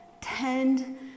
tend